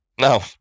No